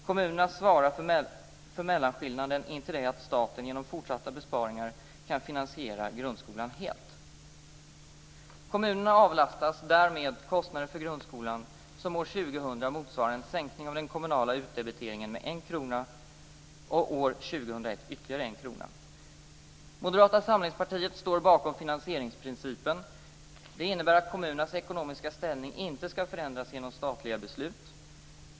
Kommunerna svarar för mellanskillnaden intill det att staten genom fortsatta besparingar kan finansiera grundskolan helt. Kommunerna avlastas därmed kostnader för grundskolan som år 2000 motsvarar en sänkning av den kommunala utdebiteringen med 1 krona och år 2001 ytterligare 1 Moderata samlingspartiet står bakom finansieringsprincipen. Det innebär att kommunernas ekonomiska ställning inte skall förändras genom statliga beslut.